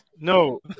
No